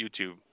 YouTube